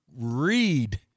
read